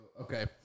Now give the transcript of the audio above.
Okay